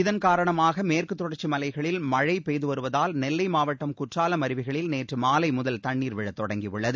இதன்காரணமாக மேற்கு தொடர்ச்சி மலைகளில் மழை பெய்துவருவதால் நெல்லை மாவட்டம் குற்றாலம் அருவிகளில் நேற்று மாலை முதல் தண்ணீர் விழத் தொடங்கியுள்ளது